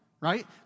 right